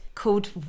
Called